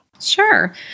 Sure